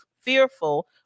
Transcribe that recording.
fearful